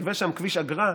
יגבה שם כביש אגרה.